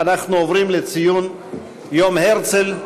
אנחנו עוברים לציון יום הרצל,